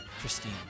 Christine